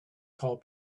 call